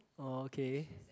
okay